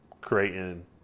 creating